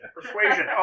Persuasion